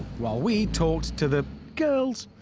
while we talked to the girls.